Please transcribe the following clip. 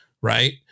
Right